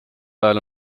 ajal